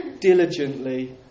diligently